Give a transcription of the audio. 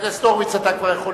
אני קובע שהצעת החוק לא